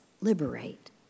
liberate